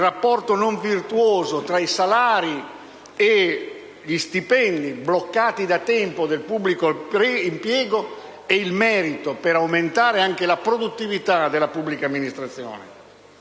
il rapporto non virtuoso tra salari e stipendi bloccati da tempo del pubblico impiego e il merito, per aumentare la produttività della pubblica amministrazione.